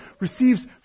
receives